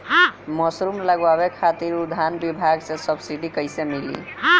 Mushroom लगावे खातिर उद्यान विभाग से सब्सिडी कैसे मिली?